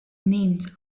named